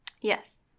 Yes